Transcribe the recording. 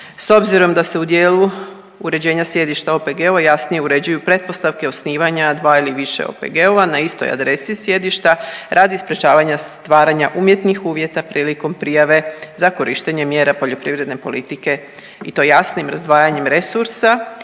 s obzirom da se u dijelu uređenja sjedišta OPG-ova jasnije uređuju pretpostavke osnivanja dva ili više OPG-ova na istoj adresi sjedišta radi sprječavanja stvaranja umjetnih uvjeta prilikom prijave za korištenje mjera poljoprivredne politike i to jasnim razdvajanjem resursa